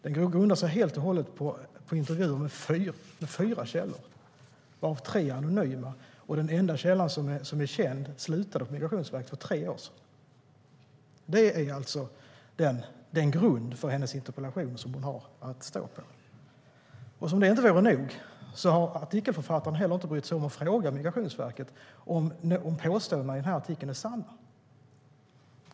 Den grundar sig helt och hållet på intervjuer med fyra källor, varav tre är anonyma. Den enda källan som är känd slutade på Migrationsverket för tre år sedan. Det är alltså den grund som Paula Bieler har att stå på för sin interpellation. Som om det inte vore nog har inte heller artikelförfattaren brytt sig om att fråga Migrationsverket om påståendena i artikeln är sanna.